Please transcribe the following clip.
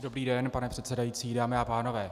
Dobrý den, pane předsedající, dámy a pánové.